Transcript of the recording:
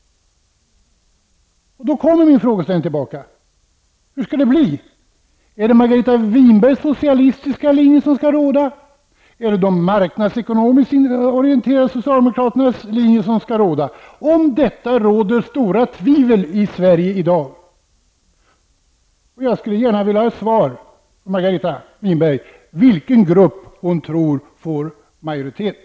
Då kommer min fråga tillbaka. Hur skall det bli? Är det Margareta Winbergs socialistiska linje som skall råda? Är det de marknadsekonomiskt orienterade socialdemokraternas linje som skall råda? Om detta råder stora tvivel i Sverige i dag. Jag skulle gärna vilja ha ett svar från Margareta Winberg om vilken grupp hon tror får majoritet.